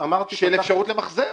של אפשרות למחזר.